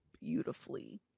beautifully